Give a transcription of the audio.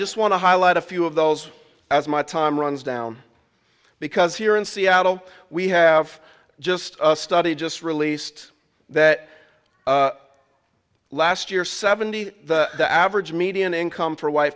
just want to highlight a few of those as my time runs down because here in seattle we have just a study just released that last year seventy the average median income for